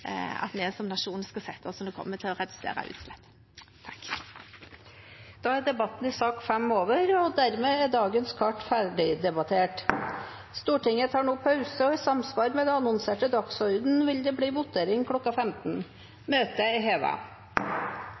Debatten i sak nr. 5 er over. Dermed er dagens kart ferdigdebattert. Stortinget tar nå pause, og i samsvar med den annonserte dagsordenen vil det bli votering kl. 15. Stortinget tok pause i forhandlingene kl. 12.40. Stortinget er